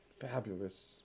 fabulous